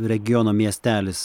regiono miestelis